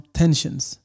tensions